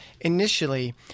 initially